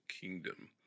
kingdom